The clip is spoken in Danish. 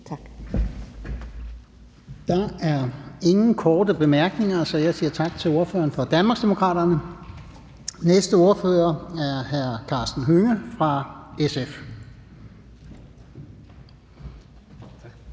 Der er ingen korte bemærkninger, så jeg siger tak til ordføreren fra Danmarksdemokraterne. Næste ordfører er hr. Karsten Hønge fra SF.